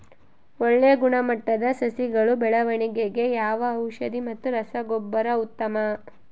ಒಳ್ಳೆ ಗುಣಮಟ್ಟದ ಸಸಿಗಳ ಬೆಳವಣೆಗೆಗೆ ಯಾವ ಔಷಧಿ ಮತ್ತು ರಸಗೊಬ್ಬರ ಉತ್ತಮ?